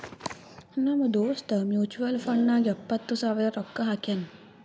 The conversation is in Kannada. ನಮ್ ದೋಸ್ತ ಮ್ಯುಚುವಲ್ ಫಂಡ್ ನಾಗ್ ಎಪ್ಪತ್ ಸಾವಿರ ರೊಕ್ಕಾ ಹಾಕ್ಯಾನ್